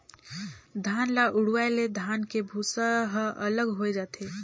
धान ल उड़वाए ले धान के भूसा ह अलग होए जाथे